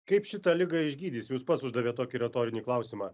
kaip šitą ligą išgydys jūs pats uždavėt tokį retorinį klausimą